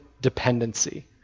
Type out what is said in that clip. dependency